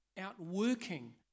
outworking